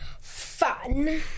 fun